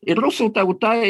ir rusų tauta